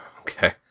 okay